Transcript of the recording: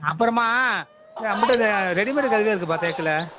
அப்புறமா நம்மள்கிட்ட இது ரெடிமேட் கழி தான் இருக்குதுப்பா தேக்கில்